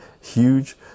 huge